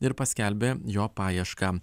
ir paskelbė jo paiešką